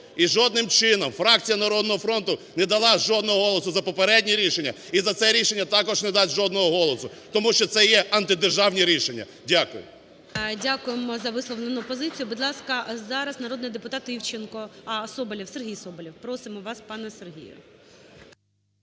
І жодним чином фракція "Народного фронту" не дала жодного голосу за попередні рішення і за це рішення, також не дасть жодного голосу, тому що це є антидержавні рішення. Дякую. ГОЛОВУЮЧИЙ . Дякуємо за висловлену позицію. Будь ласка, зараз народний депутат Івченко. Соболєв, Сергій Соболєв. Просимо вас, пане Сергію.